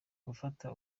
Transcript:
gufata